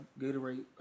Gatorade